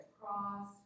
Cross